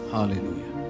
Hallelujah